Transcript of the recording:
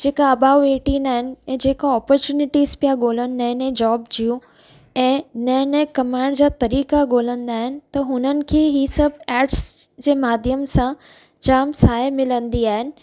जे का above eighteen आहिनि ऐं जे को ऑपोर्चुनिटीज़ पिया ॻोलनि नएं नएं जॉब जूं ऐं नएं नएं कमाइण जा तरीक़ा ॻोलंदा आहिनि त हुननि खे ई सभु एड्स जे माध्यम सां जाम सहाय मिलंदी आहिनि